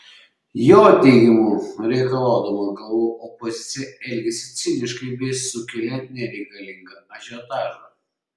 jo teigimu reikalaudama galvų opozicija elgiasi ciniškai bei sukelia nereikalingą ažiotažą